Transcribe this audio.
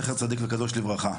זכר צדיק וקדוש לברכה.